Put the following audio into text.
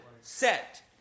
set